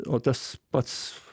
o tas pats